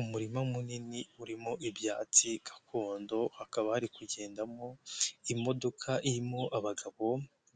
Umurima munini urimo ibyatsi gakondo, hakaba hari kugendamo imodoka irimo abagabo